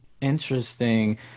interesting